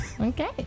okay